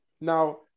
now